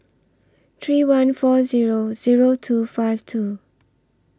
three one four Zero Zero two five two